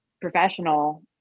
professional